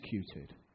executed